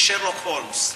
מי שרלוק הולמס.